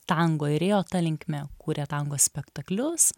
tango ir ėjo ta linkme kūrė tango spektaklius